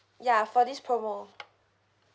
ya for this promo